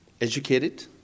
educated